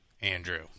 Andrew